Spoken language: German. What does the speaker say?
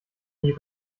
nie